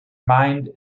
mind